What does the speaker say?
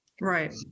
right